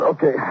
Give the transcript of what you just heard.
Okay